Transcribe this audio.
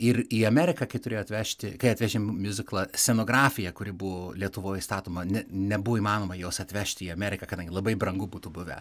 ir į ameriką kai turėjo atvežti kai atvežė miuziklą scenografija kuri buvo lietuvoj statoma ne nebuvo įmanoma jos atvežti į ameriką kadangi labai brangu būtų buvę